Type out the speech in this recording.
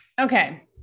Okay